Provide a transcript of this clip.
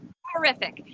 horrific